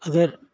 اگر